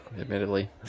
admittedly